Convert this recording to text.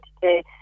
today